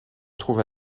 trouve